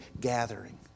gathering